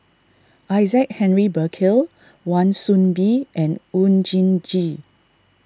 Isaac Henry Burkill Wan Soon Bee and Oon Jin Gee